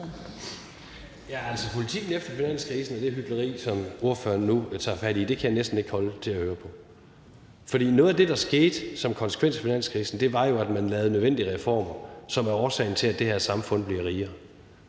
Politikken efter finanskrisen og det hykleri, som ordføreren nu tager fat i, kan jeg næsten ikke holde til at høre på. For noget af det, der skete som konsekvens af finanskrisen, var jo, at man lavede nødvendige reformer, som er årsagen til, at det her samfund bliver rigere.